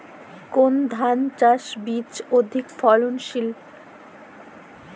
কোন ধান বীজ অধিক ফলনশীল?